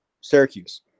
Syracuse